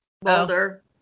Boulder